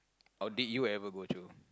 or did you ever go through